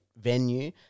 venue